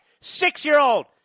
six-year-old